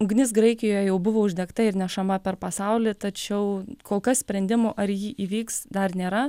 ugnis graikijoje jau buvo uždegta ir nešama per pasaulį tačiau kol kas sprendimo ar ji įvyks dar nėra